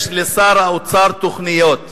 יש לשר האוצר תוכניות.